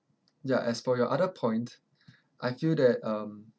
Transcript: ya as for your other point I feel that um